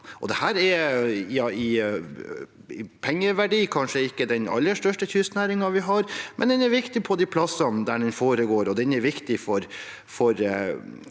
Det er i pengeverdi kanskje ikke den aller største kystnæringen vi har, men den er viktig på de plassene der den foregår, og den er viktig for